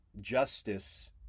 justice